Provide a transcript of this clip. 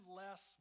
less